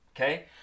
Okay